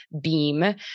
Beam